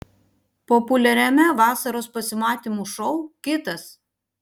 populiariame vasaros pasimatymų šou kitas